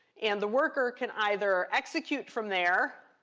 and the worker can either execute from there,